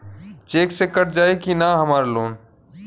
Check से cut जाई की ना हमार लोन?